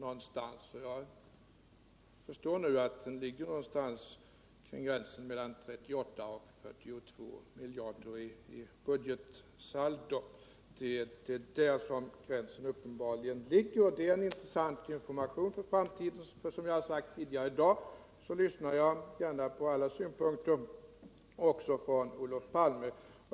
Jag förstår nu att den ligger någonstans mellan 38 och 42 mijarder i budgetsaldo. Det är alltså där som gränsen uppenbarligen ligger — det kan vara intressant att veta för framtiden. Som jag sagt tidigare i dag lyssnar jag på alla synpunkter, också från Olof Palme.